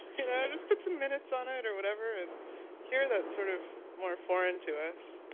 you know. just put some minutes on it or whatever and hear that sort of more foreign to us.